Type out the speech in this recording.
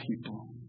people